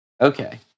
Okay